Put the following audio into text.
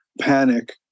panic